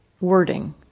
wording